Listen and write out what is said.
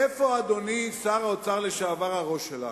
אדוני שר האוצר לשעבר, איפה הראש שלנו?